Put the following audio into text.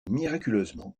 miraculeusement